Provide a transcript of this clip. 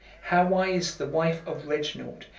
hawise, the wife of reginald,